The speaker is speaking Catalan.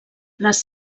les